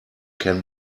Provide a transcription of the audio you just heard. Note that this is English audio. can